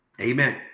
Amen